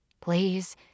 Please